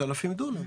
5,000 דונם.